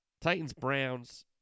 Titans-Browns